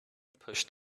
pushed